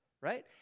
right